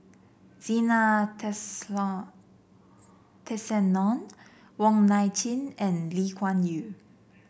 Zena Tessensohn Wong Nai Chin and Lee Kuan Yew